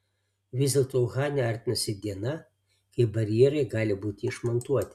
vis dėlto uhane artinasi diena kai barjerai gali būti išmontuoti